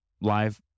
live